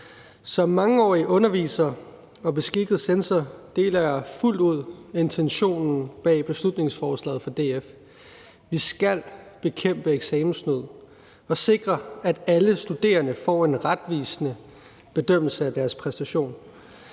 Som mangeårig underviser og beskikket censor deler jeg fuldt ud intentionen bag beslutningsforslaget fra DF. Vi skal bekæmpe eksamenssnyd og sikre, at alle studerende får en retvisende bedømmelse af deres præstation.